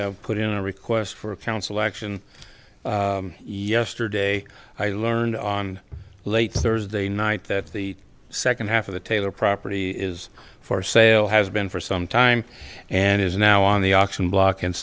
i put in a request for a council action yesterday i learned on late thursday night that the second half of the taylor property is for sale has been for some time and is now on the auction block and